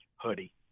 hoodie